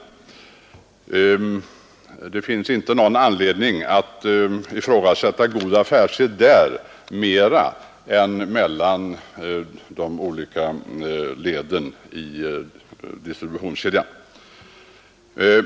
Det finns inte någon anledning att ifrågasätta god affärssed där liksom ej heller mellan de olika leden i distributionskedjan.